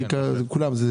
כולם מקבלים ללא הבדל?